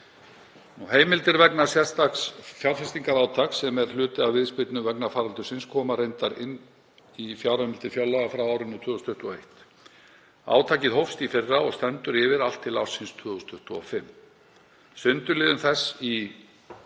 Heimildir vegna sérstaks fjárfestingarátaks sem er hluti af viðspyrnu vegna faraldursins koma reyndar inn í fjárheimildir fjárlaga fyrir árið 2021. Átakið hófst í fyrra og stendur yfir allt til ársins 2025. Sundurliðun þess í